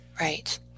Right